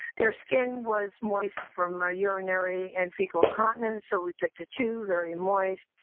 their skin was moist from ah urinary and fecal incontinence, so we picked a two, very moist.